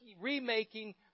remaking